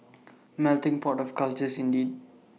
melting pot of cultures indeed